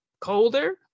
colder